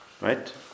right